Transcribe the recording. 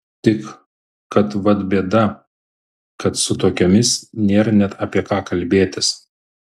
tik kad vat bėda kad su tokiomis nėr net apie ką kalbėtis